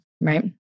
right